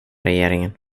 regeringen